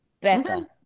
Becca